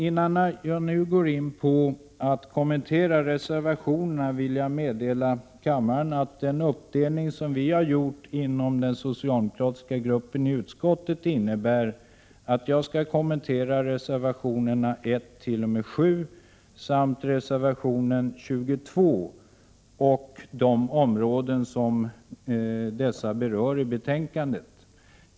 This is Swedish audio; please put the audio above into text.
Innan jag nu börjar kommentera reservationerna vill jag meddela kammaren att den uppdelning som vi har gjort inom den socialdemokratiska gruppen i utskottet innebär att jag skall kommentera reservationerna 1-7 och 21 samt de avsnitt som dessa berör i betänkandet.